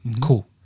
cool